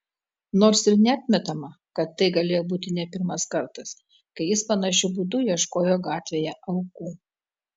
nors ir neatmetama kad tai galėjo būti ne pirmas kartas kai jis panašiu būdu ieškojo gatvėje aukų